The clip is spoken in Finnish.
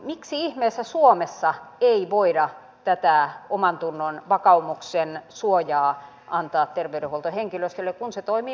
miksi ihmeessä suomessa ei voida tätä omantunnon vakaumuksen suojaa antaa terveydenhuoltohenkilöstölle kun se toimii muissakin maissa